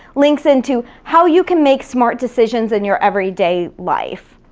links into how you can make smart decisions in your everyday life.